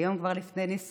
היום היא כבר לפני נישואים,